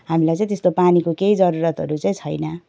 हामीलाई चाहिँ त्यस्तो पानीको केही जरुरतहरू चाहिँ छैन